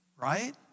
Right